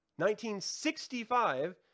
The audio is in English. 1965